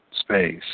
space